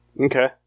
Okay